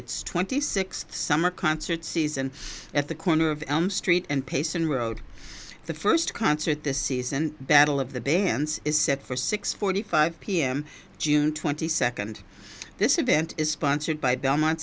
its twenty six summer concert season at the corner of elm street and pace in road the first concert this season battle of the bands is set for six forty five pm june twenty second this event is sponsored by belmont